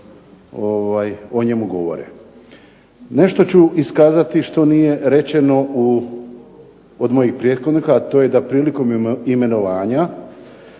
o njemu govore. Nešto ću iskazati što nije izrečeno od mojih prethodnika, a to je da prilikom imenovanja